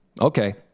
okay